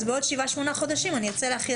אז בעוד שבעה-שמונה חודשים אני ארצה להחיל